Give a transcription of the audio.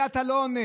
על זה אתה לא עונה.